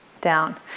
down